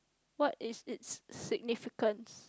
what is its significance